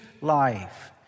life